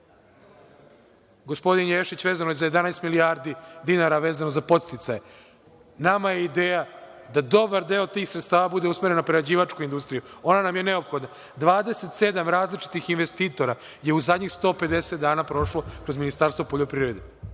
gospodin Ješić, vezano za 11 milijardi dinara vezano za podsticaje. Nama je ideja da dobar deo tih sredstava bude usmeren na prerađivačku industriju. Ona nam je neophodna. Dvadeset sedam različitih investitora je u zadnjih 150 dana prošlo kroz Ministarstvo poljoprivrede.